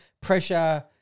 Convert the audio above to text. pressure